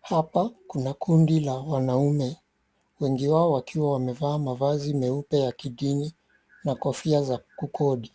Hapa kuna kundi la wanaume, wengi wao wakiwa wamevaa mavazi meupe ya kidini, na kofia za kukodi.